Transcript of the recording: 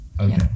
okay